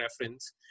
reference